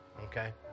Okay